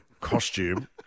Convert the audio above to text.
costume